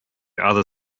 other